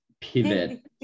pivot